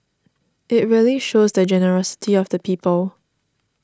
it really shows the generosity of the people